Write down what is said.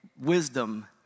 wisdom